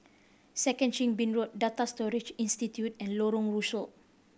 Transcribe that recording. Second Chin Bee Road Data Storage Institute and Lorong Rusuk